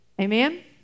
Amen